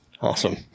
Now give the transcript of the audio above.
Awesome